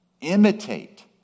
imitate